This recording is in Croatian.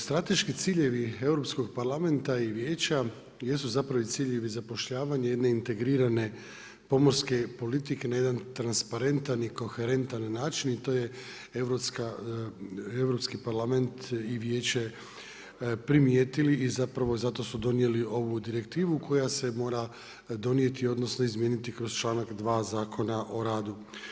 Strateški ciljevi Europskog parlamenta i Vijeća jesu zapravo i ciljevi zapošljavanja jedne integrirane pomorske politike na jedan transparentan i koherentan način i to je Europski parlament i Vijeće primijetili i zapravo zato su donijeli ovu direktivu koja se mora donijeti odnosno izmijeniti kroz članak 2. Zakona o radu.